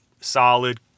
solid